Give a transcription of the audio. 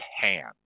hand